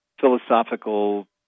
philosophical